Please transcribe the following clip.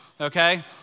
okay